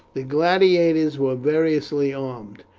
the gladiators were variously armed.